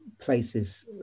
places